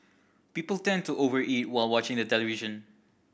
people tend to over eat while watching the television